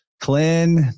Clint